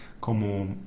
como